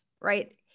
right